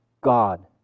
God